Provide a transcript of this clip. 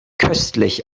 köstlich